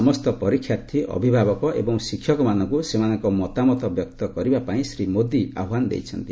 ସମସ୍ତ ପରୀକ୍ଷାର୍ଥୀ ଅଭିଭାବକ ଏବଂ ଶିକ୍ଷକମାନଙ୍କୁ ସେମାନଙ୍କ ମତାମତ ବ୍ୟକ୍ତ କରିବା ପାଇଁ ଶ୍ରୀ ମୋଦୀ ଆହ୍ୱାନ ଦେଇଛନ୍ତି